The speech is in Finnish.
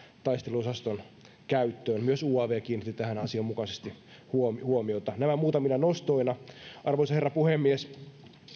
taisteluosaston käyttöön myös uav kiinnitti tähän asianmukaisesti huomiota huomiota nämä muutamina nostoina arvoisa herra puhemies